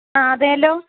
ആ അതെയല്ലോ